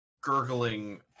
gurgling